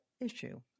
issue